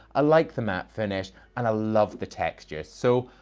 i like the matte finish and i love the texture. so,